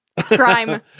Crime